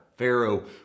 Pharaoh